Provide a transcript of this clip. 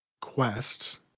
quest